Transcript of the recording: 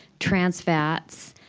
trans fats,